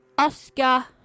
Oscar